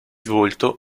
volto